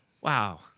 Wow